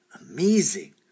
Amazing